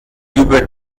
über